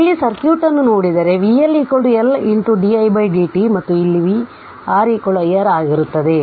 ಆದ್ದರಿಂದ ಇಲ್ಲಿ ಸರ್ಕ್ಯೂಟ್ ಅನ್ನು ನೋಡಿದರೆ ಅದು vL L di dt ಮತ್ತು ಇಲ್ಲಿ vR I R ಆಗಿರುತ್ತದೆ